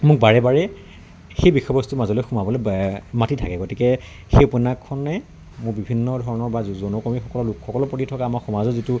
মোক বাৰে বাৰে সেই বিষয়বস্তুৰ মাজলৈ সোমাবলৈ মাতি থাকে গতিকে সেই উপন্যাসখনে মোক বিভিন্ন ধৰণৰ বা যৌনকৰ্মীসকলৰ লোকসকলৰ প্ৰতি থকা আমাৰ সমাজৰ যিটো